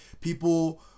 people